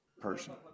person